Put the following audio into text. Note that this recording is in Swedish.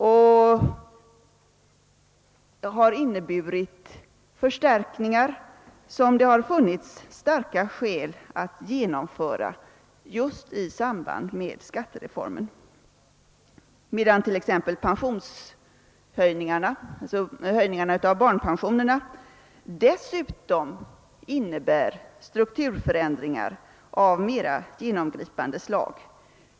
De har inneburit förstärkningar som det funnits starka skäl att genomföra just i samband med skattereformen. Höjningarna av barnpensionerna innebär dessutom strukturförändringar av mer genomgripande slag.